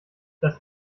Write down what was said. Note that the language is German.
das